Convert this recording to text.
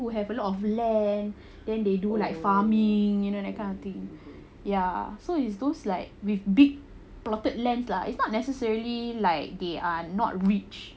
who have a lot of land then they do like farming you know that kind of thing ya so it's those like with big plotted lands lah it's not necessarily like they are not rich